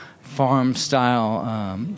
farm-style